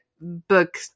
book